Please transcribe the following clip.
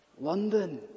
London